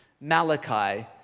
Malachi